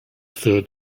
third